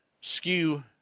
skew